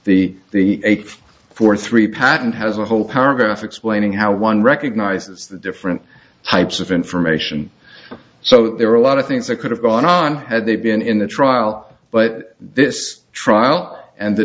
the the four three patent has a whole paragraph explaining how one recognizes the different types of information so there are a lot of things that could have gone on had they been in the trial but this trial and the